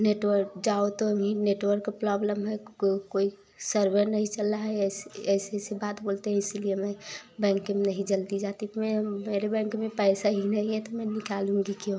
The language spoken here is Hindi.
नेटवर्क जाओ तो भी नेटवर्क प्रॉब्लम है कोई कोई सर्वर नहीं चल रहा है ऐसी ऐसी बात बोलते हैं इसीलिए मैं बैंक में नहीं जल्दी जाती मैं मेरे बैंक में पैसा ही नहीं है तो मैं निकालूँगी क्यों